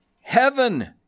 Heaven